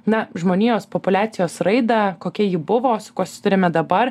na žmonijos populiacijos raidą kokia ji buvo su kuo susiduriame dabar